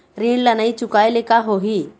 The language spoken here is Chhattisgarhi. ऋण ला नई चुकाए ले का होही?